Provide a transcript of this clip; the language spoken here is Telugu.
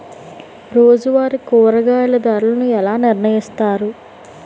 రోజువారి కూరగాయల ధరలను ఎలా నిర్ణయిస్తారు?